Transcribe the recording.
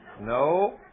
No